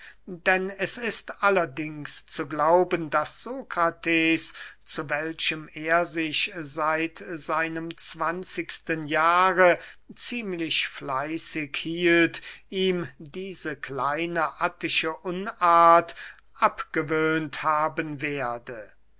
denn es ist allerdings zu glauben daß sokrates zu welchem er sich seit seinem zwanzigsten jahre ziemlich fleißig hielt ihm diese kleine attische unart abgewöhnt haben werde